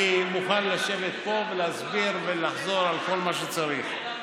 אני מוכן לשבת פה ולהסביר ולחזור על כל מה שצריך.